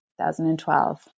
2012